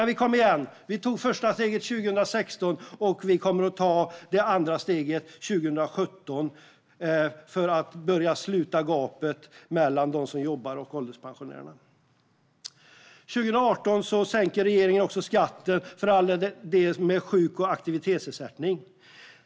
Vi kom igen och tog första steget 2016, och vi kommer att ta det andra steget 2017 för att börja sluta gapet mellan dem som jobbar och ålderspensionärerna. År 2018 sänker regeringen också skatten för alla med sjuk och aktivitetsersättning.